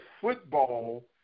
football